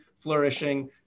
flourishing